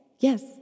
Yes